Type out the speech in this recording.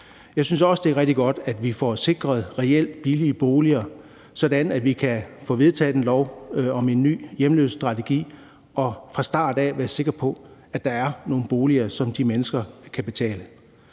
Jeg synes også, det er rigtig godt, at vi får sikret reelt billige boliger, sådan at vi kan få vedtaget en lov om en ny hjemløsestrategi og fra start af være sikre på, at der er nogle boliger, som de mennesker kan betale.